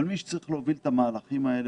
אבל מי שצריך להוביל את המהלכים האלה